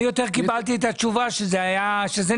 אני יותר קיבלתי את התשובה שזה ניסיון.